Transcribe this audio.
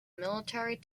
military